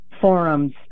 forums